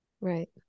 Right